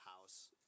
house